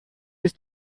ist